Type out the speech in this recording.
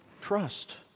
trust